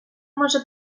може